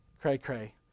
cray-cray